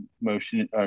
motion